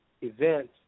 Events